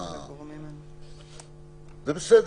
זה בסדר.